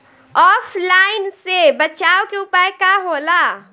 ऑफलाइनसे बचाव के उपाय का होला?